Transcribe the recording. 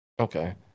Okay